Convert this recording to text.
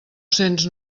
cents